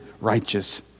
righteous